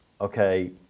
okay